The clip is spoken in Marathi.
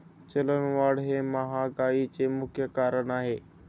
चलनवाढ हे महागाईचे मुख्य कारण आहे